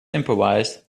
improvise